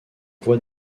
voie